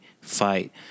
fight